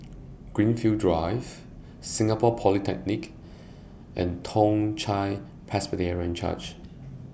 Greenfield Drive Singapore Polytechnic and Toong Chai Presbyterian Church